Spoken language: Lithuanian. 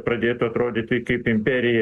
pradėtų atrodyti kaip imperija